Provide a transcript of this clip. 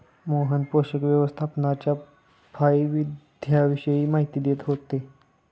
मोहन पोषक व्यवस्थापनाच्या फायद्यांविषयी माहिती देत होते